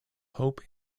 hope